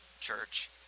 church